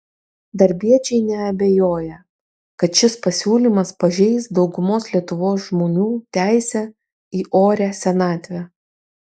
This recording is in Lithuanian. darbiečiai neabejoja kad šis pasiūlymas pažeis daugumos lietuvos žmonių teisę į orią senatvę